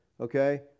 okay